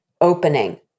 opening